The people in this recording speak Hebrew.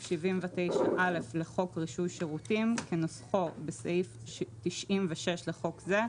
79א לחוק רישוי שירותים כנוסחו בסעיף 96 לחוק זה,